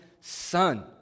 Son